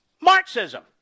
Marxism